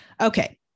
Okay